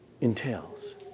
entails